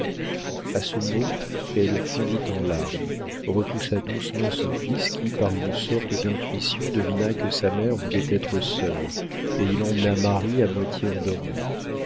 a ce mot elle fondit en larmes repoussa doucement son fils qui par une sorte d'intuition devina que sa mère voulait être seule et il emmena marie à moitié endormi